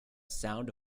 sound